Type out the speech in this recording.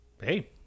hey